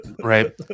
right